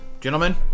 Gentlemen